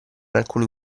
alcuni